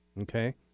okay